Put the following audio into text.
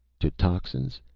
to toxins.